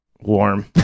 Warm